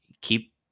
keep